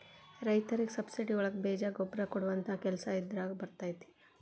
ರೈತರಿಗೆ ಸಬ್ಸಿಡಿ ಒಳಗೆ ಬೇಜ ಗೊಬ್ಬರ ಕೊಡುವಂತಹ ಕೆಲಸ ಇದಾರಗ ಬರತೈತಿ